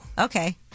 okay